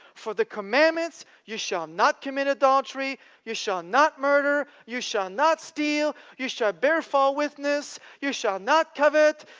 for the commandments, you shall not commit adultery you shall not murder you shall not steal you shall bear fall witness you shall not covet.